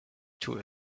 tue